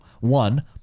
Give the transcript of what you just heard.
One